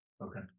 Okay